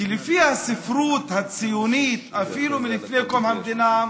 כי לפי הספרות הציונית, אפילו מלפני קום המדינה,